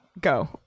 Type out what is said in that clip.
Go